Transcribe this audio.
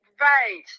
Right